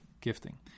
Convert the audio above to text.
gifting